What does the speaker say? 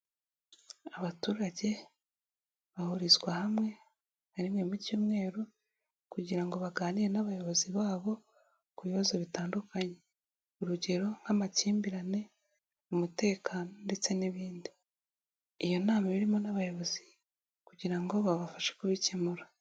Abaturage bahurizwa hamwe nka rimwe mu cyumweru kugira ngo baganire n'abayobozi babo ku bibazo bitandukanye, urugero nk'amakimbirane, umutekano ndetse n'ibindi, iyo nama iba irimo n'abayobozi kugira ngo babashe kubikemura.